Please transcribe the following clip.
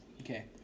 Okay